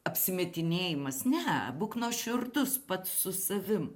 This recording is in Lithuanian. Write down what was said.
apsimetinėjimas ne būk nuoširdus pats su savim